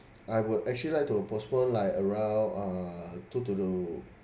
I would actually like to postpone like around uh to to do